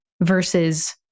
versus